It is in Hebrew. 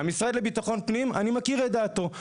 אני מכיר את דעתו של המשרד לביטחון פנים.